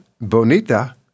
bonita